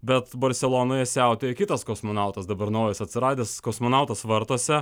bet barselonoje siautėjo kitas kosmonautas dabar naujas atsiradęs kosmonautas vartuose